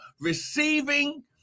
Receiving